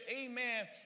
Amen